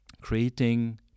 creating